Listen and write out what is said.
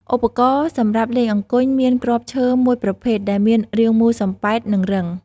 ឧបករណ៍សម្រាប់លេងអង្គញ់ មានគ្រាប់ឈើមួយប្រភេទដែលមានរាងមូលសំប៉ែត និងរឹង ។